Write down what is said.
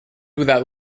without